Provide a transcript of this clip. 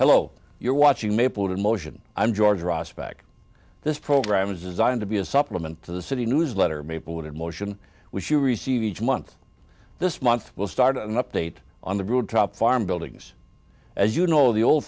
hello you're watching maplewood emotion i'm george ross back this program is designed to be a supplement to the city newsletter maplewood in motion which you receive each month this month will start an update on the rooftop farm buildings as you know the old